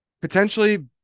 potentially